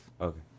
Okay